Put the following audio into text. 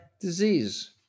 disease